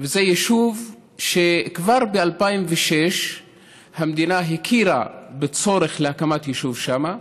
כבר ב-2006 המדינה הכירה בצורך להקמת יישוב שם.